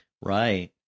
Right